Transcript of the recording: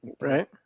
Right